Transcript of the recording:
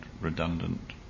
redundant